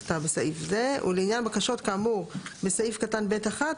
ולעניין בקשות כאמור בסעיף קטן (ב1)